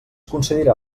concedirà